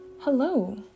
hello